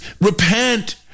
repent